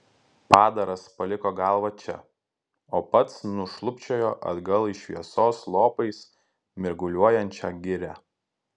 padaras paliko galvą čia o pats nušlubčiojo atgal į šviesos lopais mirguliuojančią girią